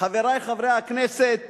חברי חברי הכנסת,